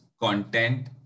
content